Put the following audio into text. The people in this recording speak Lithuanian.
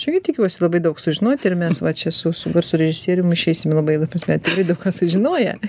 aš irgi tikiuosi labai daug sužinot ir mes va čia su su garso režisierium išeisim labai ta prasme eterį daug ką sužinoję